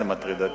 זה מטריד אותי.